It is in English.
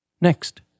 Next